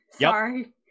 Sorry